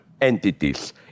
entities